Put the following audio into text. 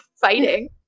fighting